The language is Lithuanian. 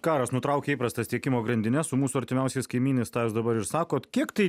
karas nutraukė įprastas tiekimo grandines su mūsų artimiausiais kaimynais tą jūs dabar ir sakot kiek tai